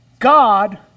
God